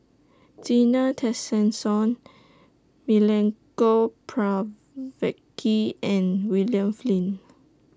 Zena Tessensohn Milenko Prvacki and William Flint